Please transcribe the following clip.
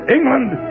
England